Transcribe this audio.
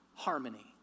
harmony